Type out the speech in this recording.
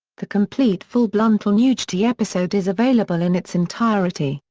the complete full bluntal nugety episode is available in its entirety,